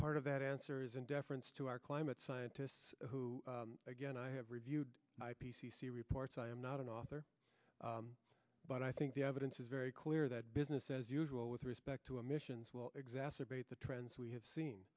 part of that answer is in deference to our climate scientists who again i have reviewed i p c c reports i am not an author but i think the evidence is very clear that business as usual with respect to emissions will exacerbate the trends we have seen